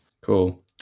cool